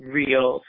real